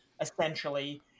essentially